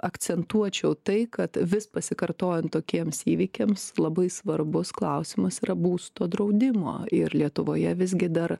akcentuočiau tai kad vis pasikartojant tokiems įvykiams labai svarbus klausimas yra būsto draudimo ir lietuvoje visgi dar